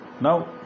Now